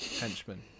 henchman